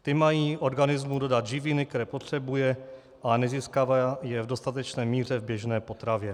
Ty mají organismu dodat živiny, které potřebuje, ale nezískává je v dostatečné míře v běžné potravě.